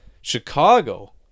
Chicago